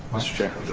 mr. chair.